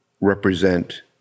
represent